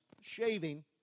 shaving